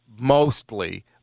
mostly